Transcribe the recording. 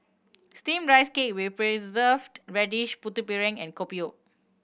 Steamed Rice Cake with Preserved Radish Putu Piring and Kopi O